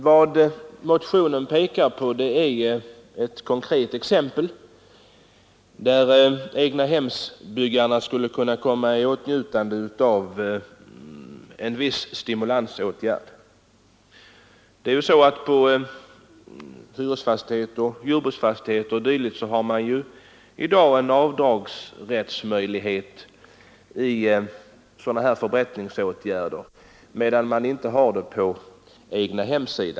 Vad motionen pekar på är ett konkret exempel, där egnahemsbyggarna skulle kunna komma i åtnjutande av en viss stimulansåtgärd. För hyresoch jordbruksfastigheter har man i dag möjligheter till avdrag för sådana förbättringsåtgärder, medan man inte har det i egnahem.